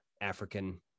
African